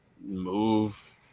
move